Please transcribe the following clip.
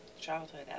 childhood